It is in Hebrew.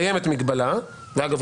קיימת מגבלה - ואגב,